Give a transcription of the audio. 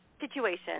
situation